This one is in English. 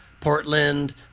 Portland